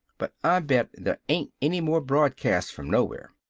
but i bet there ain't any more broadcasts from nowhere!